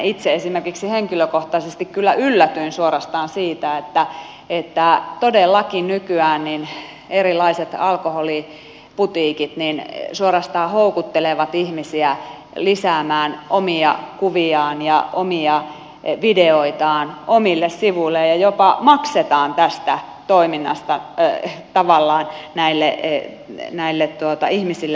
itse esimerkiksi henkilökohtaisesti kyllä suorastaan yllätyin siitä että todellakin nykyään erilaiset alkoholiputiikit suorastaan houkuttelevat ihmisiä lisäämään omia kuviaan ja omia videoitaan omille sivuilleen ja jopa tavallaan maksetaan tästä toiminnasta näille ihmisille